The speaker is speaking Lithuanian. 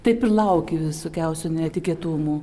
taip ir laukiu visokiausių netikėtumų